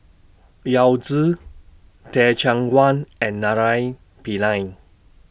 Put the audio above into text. Yao Zi Teh Cheang Wan and Naraina Pillai